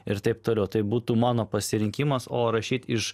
ir taip toliau tai būtų mano pasirinkimas o rašyt iš